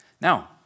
Now